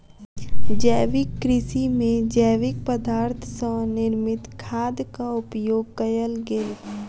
जैविक कृषि में जैविक पदार्थ सॅ निर्मित खादक उपयोग कयल गेल